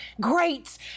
great